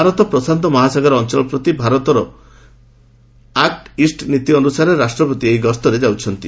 ଭାରତ ପ୍ରଶାନ୍ତ ମହାସାଗର ଅଞ୍ଚଳ ପ୍ରତି ଭାରତର ଆକୁ ଇଷ୍ଟ ନୀତି ଅନ୍ଦସାରେ ରାଷ୍ଟ୍ରପତି ଏହି ଗସ୍ତରେ ଯାଉଛନ୍ତି